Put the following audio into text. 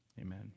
Amen